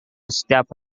setiap